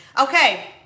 okay